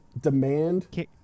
Demand